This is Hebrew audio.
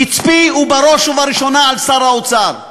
קצפי הוא בראש ובראשונה על שר האוצר,